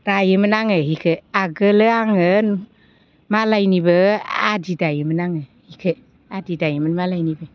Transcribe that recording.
दायोमोन आङो हिखौ आगोलो आङो मालायनिबो आदि दायोमोन आङो हिखौ आदि दायोमोन मालायनिबो